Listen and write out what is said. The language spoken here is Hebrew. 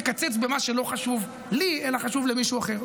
תקצץ במה שלא חשוב לי אלא חשוב למישהו אחר.